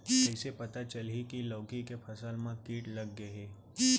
कइसे पता चलही की लौकी के फसल मा किट लग गे हे?